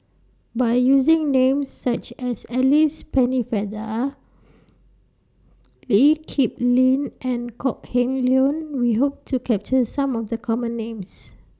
By using Names such as Alice Pennefather Lee Kip Lin and Kok Heng Leun We Hope to capture Some of The Common Names